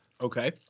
Okay